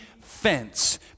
fence